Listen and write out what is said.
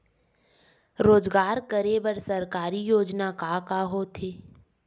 रोजगार करे बर सरकारी योजना का का होथे?